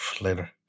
later